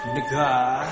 Nigga